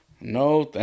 no